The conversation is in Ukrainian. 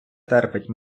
терпить